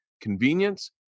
convenience